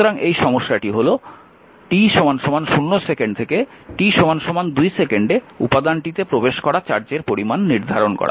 সুতরাং এই সমস্যাটি হল t 0 সেকেন্ড থেকে t 2 সেকেন্ডে উপাদানটিতে প্রবেশ করা চার্জের পরিমান নির্ধারণ করা